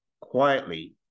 quietly